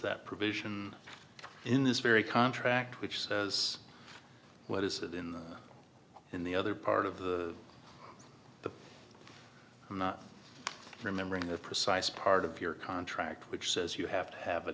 that provision in this very contract which says what is in the other part of the i'm not remembering the precise part of your contract which says you have to have a